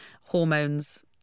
hormones